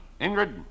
Ingrid